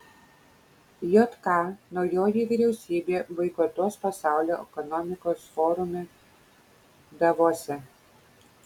jk naujoji vyriausybė boikotuos pasaulio ekonomikos forume davose